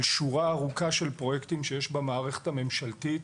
שורה ארוכה של פרויקטים שיש במערכת הממשלתית,